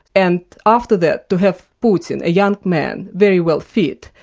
and after that, to have putin, a young man, very well fit,